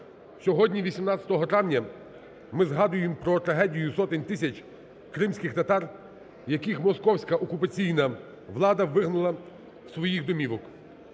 Сьогодні, 18 травня, ми згадуємо про трагедію сотень тисяч кримських татар, яких московська окупаційна влада вигнала з своїх домівок.